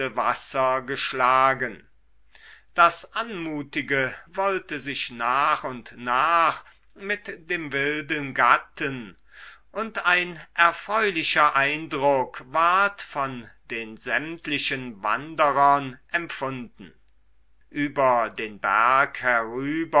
wasser geschlagen das anmutige wollte sich nach und nach mit dem wilden gatten und ein erfreulicher eindruck ward von den sämtlichen wanderern empfunden über den berg